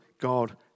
God